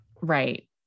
right